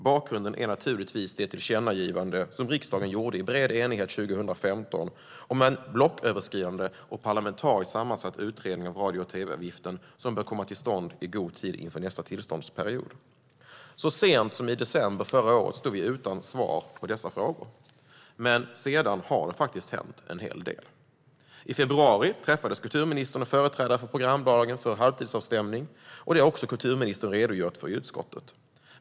Bakgrunden är naturligtvis det tillkännagivande som riksdagen gjorde i bred enighet 2015 om en blocköverskridande och parlamentariskt sammansatt utredning av radio och tv-avgiften som bör komma till stånd i god tid inför nästa tillståndsperiod. Så sent som i slutet av förra året stod vi utan svar på dessa frågor, men sedan har det faktiskt hänt en hel del. I februari träffades kulturministern och företrädare för programbolagen för halvtidsavstämning. Detta har också kulturministern redogjort för i utskottet.